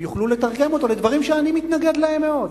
הם יוכלו לתרגם אותו לדברים שאני מתנגד להם מאוד.